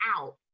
out